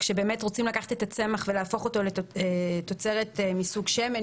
שרוצים לקחת את הצמח ולהפוך אותו לתוצרת מסוג שמן,